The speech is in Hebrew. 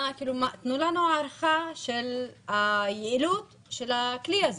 תנו לנו הערכה לגבי היעילות של הכלי הזה,